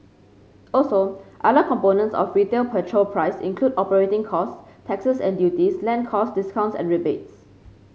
also other components of retail petrol price include operating costs taxes and duties land costs discounts and rebates